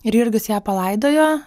ir jurgis ją palaidojo